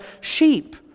sheep